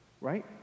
Right